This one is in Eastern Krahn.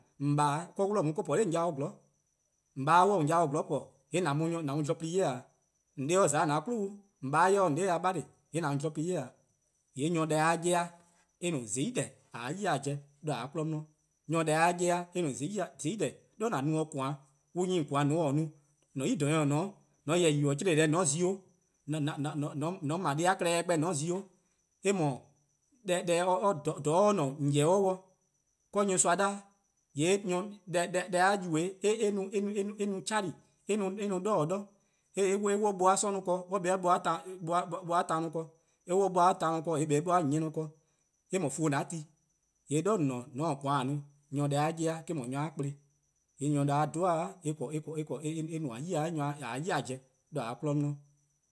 :On :baa' 'o :or 'wluh on :or po 'nor :on yao 'zorn, :mor :on :baa' se :on 'nor yao 'zorn po :yee' :an mu zorn-pli 'ye-', :mor :on 'de :za 'o :an 'kwli, :mor :on :baa se :on 'de dih bala: :yee' :an mu zorn pli 'ye-', :yee' nyor deh-' 'ye-eh eh-: no :zai' deh :a 'ye ya pobo: 'de a 'kmo 'di, nyor deh-' 'ye-eh eh-: no :zai', :de :dhe :an no-dih koan, :mor on 'nyi :on :koan :mor :on taa no, :an nyor :klaba' :or :ne-a 'de :an :yeh yubo: chlee-deh :or zi-or, :an :yeh :ble deh+-a klehkpeh :or zi or, eh-: 'dhu 'do :dha or :ne-a :on :yeh-dih 'o dih, :kaa: nyorsoa 'da :yee' deh-a yubo-eh, eh no 'cheh 'dlu+, eh :ne 'doror' 'dor, :mor eh 'wluh 'o buh-a 'sororn' no ken :yee' eh kpa 'o buh-a taan no ken, :mor eh 'wluh 'o buh-a taan no ken :yee' eh kpa 'o 'buh-a nyieh no ken, eh :mor :fuo an ti, :yee' 'de :dha :on :ne-a :mor :on :taa :koan no, nyor-a deh-' 'ye-eh eh-: 'dhu nyor-a kpleh-', :yee' nuor-a 'dhu-a eh nmor-: 'i :a 'ye-eh ya pobo: 'de :a-a' 'kmo 'di